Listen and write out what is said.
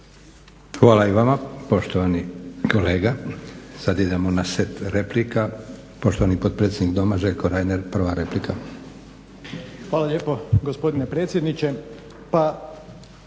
Hvala i vama poštovani kolega. Sad idemo na set replika. Poštovani potpredsjednik Doma Željko Reiner, prva replika. **Reiner, Željko (HDZ)** Hvala lijepo gospodine predsjedniče. Pa